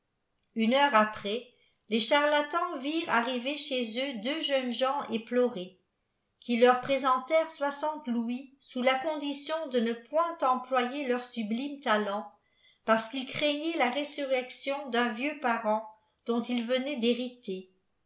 une heure après lés charlatans virent arriver chez eux deux jeunes gens éplorés qpi leur présentèrent soixante louis sous la condition de ne point employer leur sublime talent parce qu'ils craignaient la résurrection d'un vieux parent dont ils venaient d'hériter